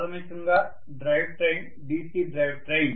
ప్రాథమికంగా drive train DC drive train